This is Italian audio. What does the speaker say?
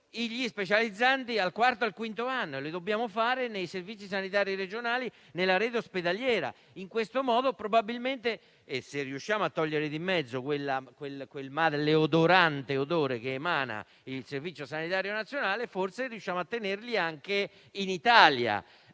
gli specializzandi al quarto e al quinto anno e lo dobbiamo fare nei servizi sanitari regionali, nella rete ospedaliera. In questo modo probabilmente, se riuscissimo a togliere di mezzo quel cattivo odore che il Servizio sanitario nazionale emana, forse riuscissimo a tenerli anche in Italia.